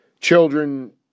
children